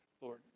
Lord